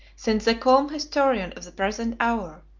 since the calm historian of the present hour,